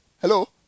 Hello